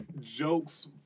jokes